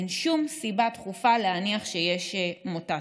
אין שום סיבה דחופה להניח שיש מוטציות.